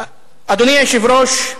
אדוני היושב-ראש,